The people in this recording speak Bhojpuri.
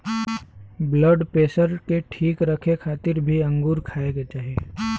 ब्लड पेशर के ठीक रखे खातिर भी अंगूर खाए के चाही